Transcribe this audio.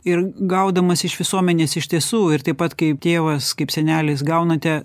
ir gaudamas iš visuomenės iš tiesų ir taip pat kai tėvas kaip senelis gaunate